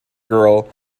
girl